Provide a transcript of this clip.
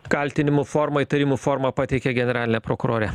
kaltinimų forma įtarimų forma pateikė generalinė prokurorė